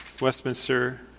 Westminster